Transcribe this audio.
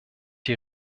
die